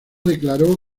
declaró